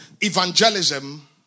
evangelism